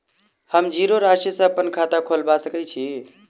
हम जीरो राशि सँ अप्पन खाता खोलबा सकै छी?